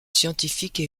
scientifique